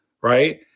right